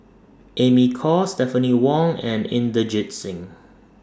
Amy Khor Stephanie Wong and Inderjit Singh